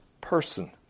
person